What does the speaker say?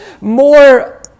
more